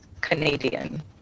Canadian